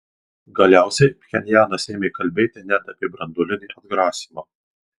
galiausiai pchenjanas ėmė kalbėti net apie branduolinį atgrasymą